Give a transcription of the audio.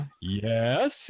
yes